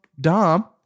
Dom